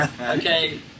Okay